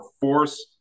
force